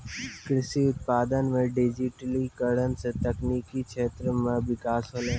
कृषि उत्पादन मे डिजिटिकरण से तकनिकी क्षेत्र मे बिकास होलै